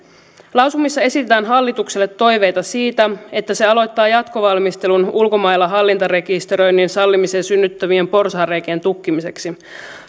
lausumissa esitetään hallitukselle toiveita siitä että se aloittaa jatkovalmistelun ulkomailla hallintarekisteröinnin sallimisen synnyttävien porsaanreikien tukkimiseksi